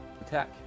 attack